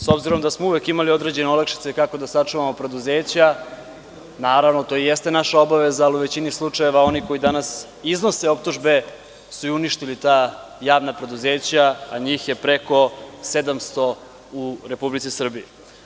S obzirom da smo uvek imali određene olakšice kako da sačuvamo preduzeća, naravno to i jeste naša obaveza, ali u većini slučajeva oni koji danas iznose optužbe su i uništili ta javna preduzeća, a njih je preko 700 u Republici Srbiji.